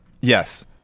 Yes